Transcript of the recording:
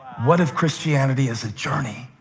what if christianity is a journey,